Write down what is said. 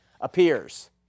appears